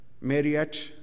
Marriott